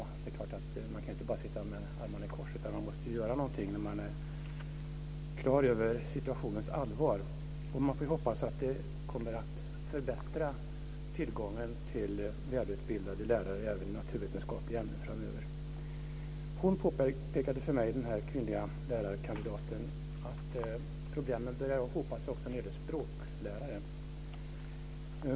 Man kan inte bara sitta med armarna i kors, utan man måste göra någonting när man är klar över situationens allvar. Man får hoppas att det kommer att förbättra tillgången till välutbildade lärare även i naturvetenskapliga ämnen framöver. Den kvinnliga lärarkandidaten påpekade för mig också att problemen börjar hopa sig när det gäller språklärare.